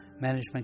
management